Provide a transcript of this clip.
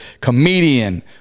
comedian